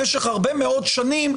במשך הרבה מאוד שנים,